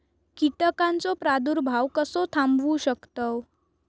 कीटकांचो प्रादुर्भाव कसो थांबवू शकतव?